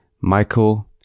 Michael